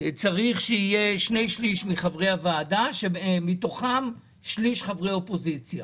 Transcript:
צריך שני שליש חברי ועדה שמתוכם שליש חברי אופוזיציה.